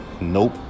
nope